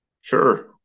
Sure